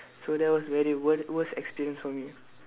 so that was very wor~ worst experience for me